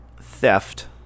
theft